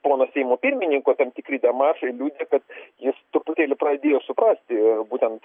pono seimo pirmininko tam tikri demaršai liudija kad jis truputėlį pradėjosuprasti būtent